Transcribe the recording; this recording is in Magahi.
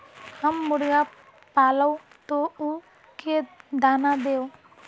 हम मुर्गा पालव तो उ के दाना देव?